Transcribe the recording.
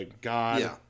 god